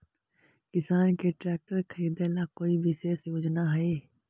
किसान के ट्रैक्टर खरीदे ला कोई विशेष योजना हई?